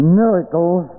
miracles